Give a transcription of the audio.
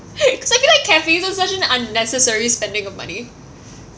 because I feel like cafes are such an unnecessary spending of money